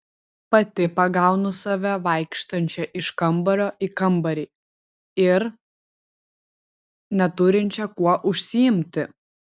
pati pagaunu save vaikštančią iš kambario į kambarį ir neturinčią kuo užsiimti